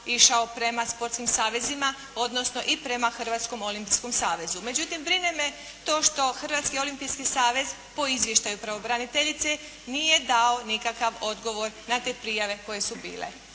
išao prema sportskim savezima, odnosno i prema Hrvatskom olimpijskom savezu. Međutim, brine me to što Hrvatski olimpijski savez po izvještaju pravobraniteljice nije dao nikakav odgovor na te prijave koje su bile